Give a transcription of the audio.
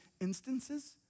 instances